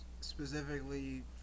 specifically